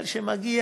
אבל כשמגיע,